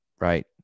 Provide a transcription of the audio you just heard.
right